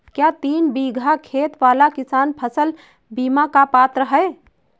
क्या तीन बीघा खेत वाला किसान फसल बीमा का पात्र हैं?